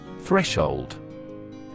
Threshold